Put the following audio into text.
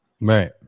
Right